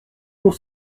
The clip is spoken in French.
pour